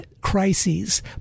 crises